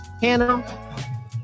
Hannah